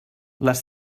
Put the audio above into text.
les